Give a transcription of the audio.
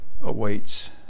awaits